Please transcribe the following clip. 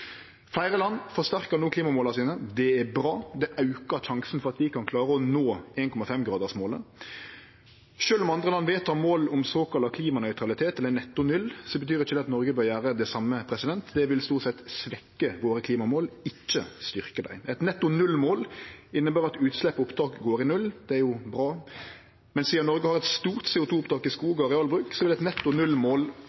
Fleire land forsterkar no klimamåla sine. Det er bra. Det aukar sjansen for at vi kan klare å nå 1,5-gradersmålet. Sjølv om andre land vedtek mål om såkalla klimanøytralitet, eller netto null, betyr ikkje det at Noreg bør gjere det same. Det vil stort sett svekkje våre klimamål, ikkje styrkje dei. Eit netto null-mål inneber at utslepp og opptak går i null. Det er jo bra, men sidan Noreg har eit stort